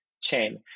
chain